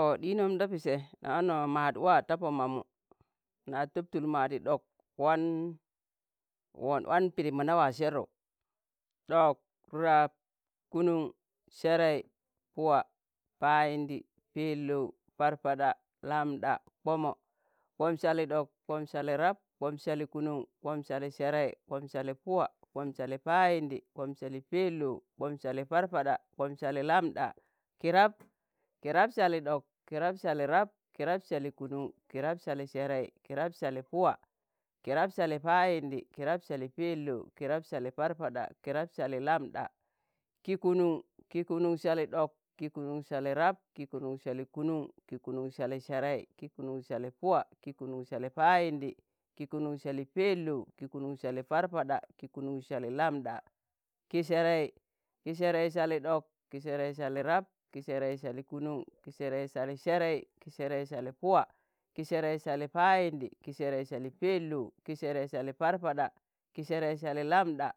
ọ ɗinom da Pise na wano maad waa ta Pọ ma mu na tob tul maadi, ɗok wan won- wan Pidim mo na wa Sernu. ɗok, rab kunuṇ, Serai, Puwa, Payindi, Peloụ, Parpaɗa, lambɗa, kpomo, kpom sali ɗok, kpom Sali rab, kpom Sali kunuṇ, kpom sali serei, kpom sali Puwa, Kpom Sali Payindi, Kpom Sali pelou, Kpom Sali parpaɗa, Kpom Sali lambɗa ki rab, ki rab Sali ɗok, ki rab Sali rab, ki rab Sali kunun, ki rab Sali Serei, ki rab Sali Puwa, ki rab sali Payindi, Kirab Sali Pelou, ki rab Sali parpaɗa, kirab Sali lamɗa, ki kunun, ki kunuṇ sali ɗok, ki kunuṇ sali rab ki kunuṇ sali kunuṇ, ki kunuṇ Sali Serei, ki kunuṇ sali puwa, ki kunun sali payindi, ki kunuṇ sali Peloụ, ki kunuṇ Sali Parpaɗa, ki kunuṇ sali lamɗa, ki serei, ki serei sali ɗok, ki serei sali rab, ki serei sali kunun, ki serei sali serei, ki serei sali puwa, ki serei sali Payindi, ki Serei sali Peloụ, ki serei sali Parpaɗa, ki Serei sali lambɗa,